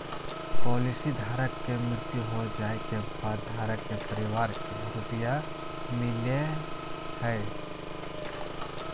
policy धारक के मृत्यु हो जाइ के बाद धारक के परिवार के रुपया मिलेय हइ